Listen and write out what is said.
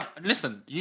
Listen